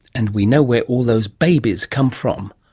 and we know where all those babies come from.